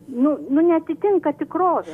nu nu neatitinka tikrovės